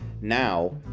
Now